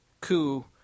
coup